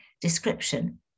description